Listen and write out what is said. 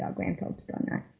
ah graham folks done, right